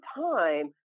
time